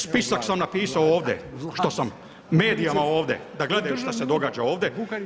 Spisak sam napisao ovdje, što sam, medijima ovdje, da gledaju što se događa ovdje.